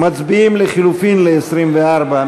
מצביעים על לחלופין ל-24.